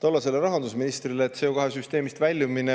tollasele rahandusministrile, et CO2‑süsteemist väljumine